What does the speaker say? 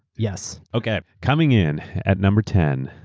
yes. okay. coming in at number ten,